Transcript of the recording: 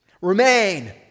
Remain